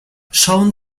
schauen